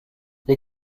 les